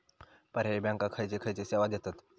पर्यायी बँका खयचे खयचे सेवा देतत?